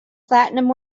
platinum